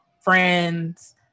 friends